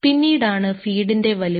പിന്നീടാണ് ഫീഡിന്റെ വലിപ്പം